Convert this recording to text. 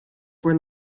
were